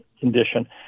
condition